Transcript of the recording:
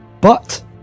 But